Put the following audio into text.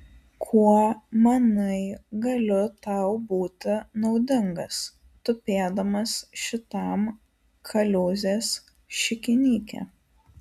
kuo manai galiu tau būti naudingas tupėdamas šitam kaliūzės šikinyke